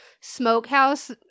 smokehouse